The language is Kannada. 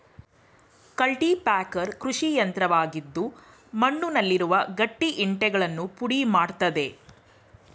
ಕಲ್ಟಿಪ್ಯಾಕರ್ ಕೃಷಿಯಂತ್ರವಾಗಿದ್ದು ಮಣ್ಣುನಲ್ಲಿರುವ ಗಟ್ಟಿ ಇಂಟೆಗಳನ್ನು ಪುಡಿ ಮಾಡತ್ತದೆ